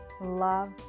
love